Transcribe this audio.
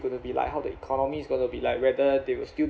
going to be like how the economy is going to be like whether they will still